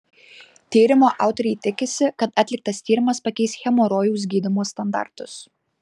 tyrimo autoriai tikisi kad atliktas tyrimas pakeis hemorojaus gydymo standartus